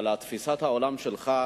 על תפיסת העולם שלך,